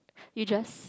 you just